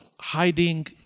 hiding